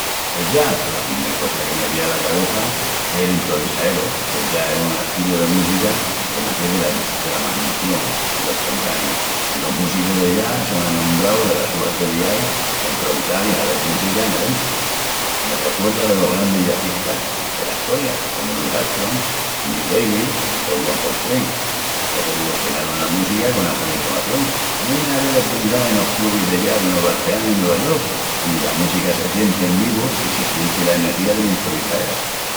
El jazz? Pos la primel cosa que me vien ala cabeça es el improvisaeru. El jazz es un astilu de música que naci dela maginación i lo espontaniu, i los músicus de jazz son anombraus delas sus albeliais pa improvisal i hazel música nel intri. Me recuerda delos grandis jazzistas dela estoria, comu Louis Armstrong, Miles Davis i John Coltrane, que revolucionarun la música conas sus inovacionis. Tamién me hazi de pensal enos clubis de jazz de Nueva Orleans i Nueva York, ondi la música se sienti en vivu i se sienti la energía del improvisaeru.